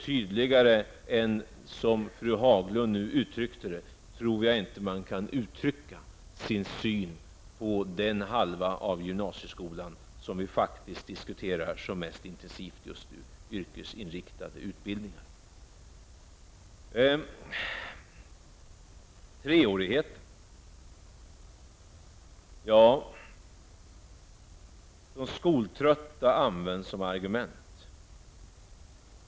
Tydligare än fru Haglund nu uttryckte det tror jag inte att man kan uttrycka sin syn på den halva av gymnasieskolan som vi faktiskt diskuterar som mest intensivt just nu, nämligen yrkesorienterade utbildningar. När det gäller treårigheten används de skoltrötta såsom argument.